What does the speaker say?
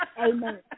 Amen